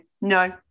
no